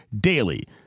DAILY